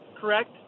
correct